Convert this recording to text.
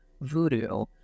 voodoo